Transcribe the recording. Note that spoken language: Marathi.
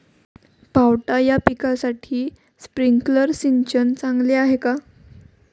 पावटा या पिकासाठी स्प्रिंकलर सिंचन चांगले आहे का?